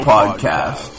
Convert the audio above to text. Podcast